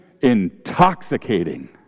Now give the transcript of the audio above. intoxicating